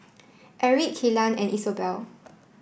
Erik Kellan and Isobel